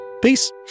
Peace